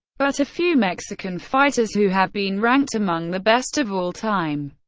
but a few mexican fighters who have been ranked among the best of all time.